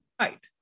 Right